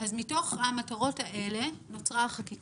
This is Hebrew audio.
מתוך המטרות האלה נוצרה ההוראה.